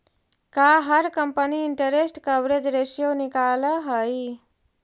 का हर company interest coverage ratio निकालअ हई